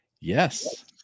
Yes